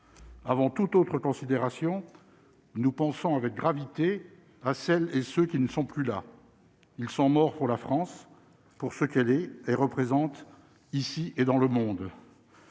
avant toute autre considération, nous pensons avec gravité, à celles et ceux qui ne sont plus là, ils sont morts pour la France pour ce qu'elle est et représente ici et dans le monde